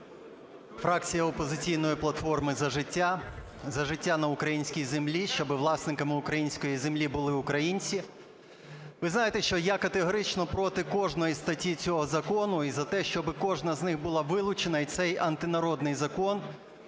фракція "Опозиційна платформи - За життя", за життя на українській землі, щоб власниками української землі були українці. Ви знаєте, що я категорично проти кожної статті цього закону, і за те, щоб кожна з них була вилучена, і цей антинародний закон